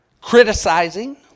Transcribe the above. criticizing